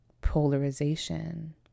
polarization